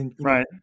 Right